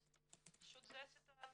אז זו הסיטואציה.